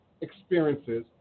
experiences